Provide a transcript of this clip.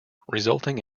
resulting